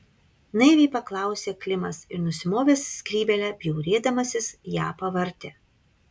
naiviai paklausė klimas ir nusimovęs skrybėlę bjaurėdamasis ją pavartė